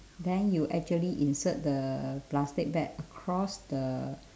then you actually insert the plastic bag across the